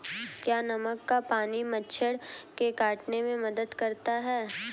क्या नमक का पानी मच्छर के काटने में मदद करता है?